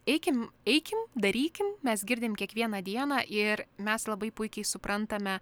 eikim eikim darykim mes girdim kiekvieną dieną ir mes labai puikiai suprantame